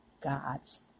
God's